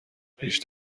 پیش